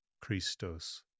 Christos